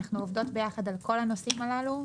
אנחנו עובדות ביחד על כל הנושאים הללו.